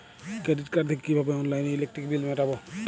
Credit card থেকে কিভাবে অনলাইনে ইলেকট্রিক বিল মেটাবো?